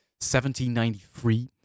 1793